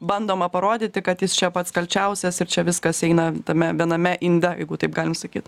bandoma parodyti kad jis čia pats kalčiausias ir čia viskas eina tame viename inde jeigu taip galim sakyt